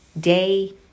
day